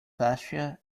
fascia